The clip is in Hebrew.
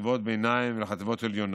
לחטיבות ביניים ולחטיבות עליונות.